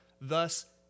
thus